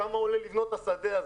על כמה עולה לבנות את השדה הזה.